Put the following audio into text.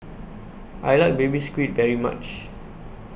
I like Baby Squid very much